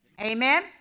Amen